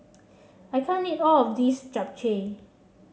I can't eat all of this Japchae